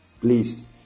please